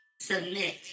submit